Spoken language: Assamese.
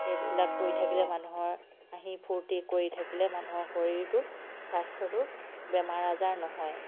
সেইবিলাক কৰি থাকিলে মানুহৰ হাঁহি ফূৰ্তি কৰি থাকিলে মানুহৰ শৰীৰটো স্বাস্থ্যটো বেমাৰ আজাৰ নহয়